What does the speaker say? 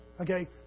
Okay